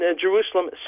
Jerusalem